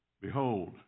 Behold